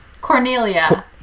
cornelia